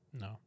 No